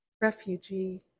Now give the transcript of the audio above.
refugee